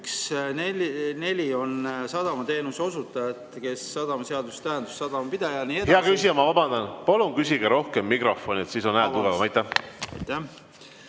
"4) sadamateenuse osutaja, kes on sadamaseaduse tähenduses sadama pidaja ..." Hea küsija, ma vabandan. Palun rääkige rohkem mikrofoni, siis on hääl tugevam. Aitäh!